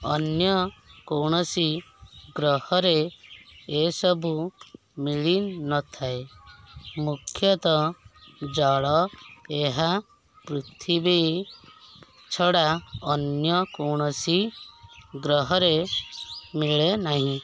ଅନ୍ୟ କୌଣସି ଗ୍ରହରେ ଏସବୁ ମିଳି ନଥାଏ ମୁଖ୍ୟତଃ ଜଳ ଏହା ପୃଥିବୀ ଛଡ଼ା ଅନ୍ୟ କୌଣସି ଗ୍ରହରେ ମିଳେ ନାହିଁ